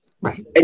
right